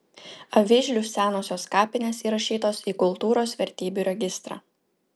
avižlių senosios kapinės įrašytos į kultūros vertybių registrą